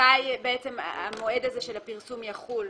מתי המועד של הפרסום יחול?